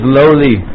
lowly